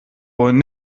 wollen